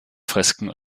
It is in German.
fresken